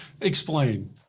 Explain